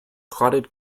clotted